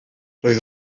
roedd